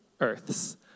earths